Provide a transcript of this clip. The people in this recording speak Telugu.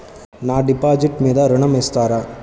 నా డిపాజిట్ మీద ఋణం ఇస్తారా?